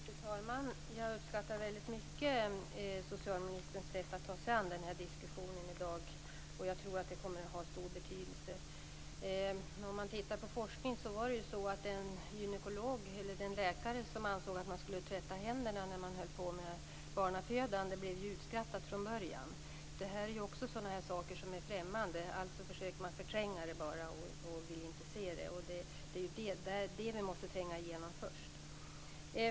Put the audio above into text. Fru talman! Jag uppskattar väldigt mycket socialministerns sätt att ta sig an denna diskussion i dag, och jag tror att det kommer att ha stor betydelse. Beträffande forskningen så var det en läkare som ansåg att man skulle tvätta händerna vid barnafödande. Denna läkare blev utskrattad från början. Det här handlar ju om sådant som är främmande. Därför försöker många förtränga det. Det är detta som vi först måste tränga igenom.